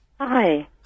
Hi